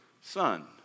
son